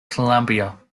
columbia